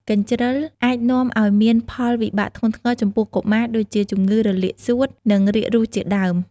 កញ្ជ្រឹលអាចនាំឱ្យមានផលវិបាកធ្ងន់ធ្ងរចំពោះកុមារដូចជាជំងឺរលាកសួត និងរាគរួសជាដើម។